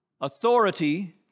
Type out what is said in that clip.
Authority